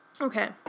Okay